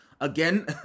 Again